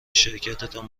شرکتتان